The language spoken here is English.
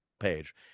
page